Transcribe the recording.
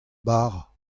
bara